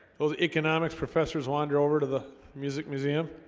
oh the economics professors wander over to the music museum